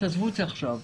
תעזבו את זה עכשיו,